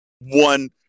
one